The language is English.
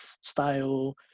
style